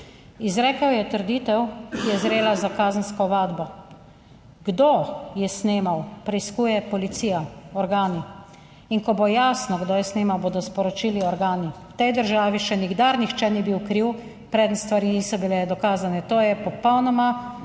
Izrekel je trditev, ki je zrela za kazensko ovadbo. Kdo je snemal, preiskuje policija, organi. In ko bo jasno, kdo je snemal, bodo sporočili organi. V tej državi še nikdar nihče ni bil kriv, preden stvari niso bile dokazane. To je popolnoma